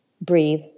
Breathe